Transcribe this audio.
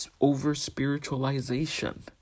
over-spiritualization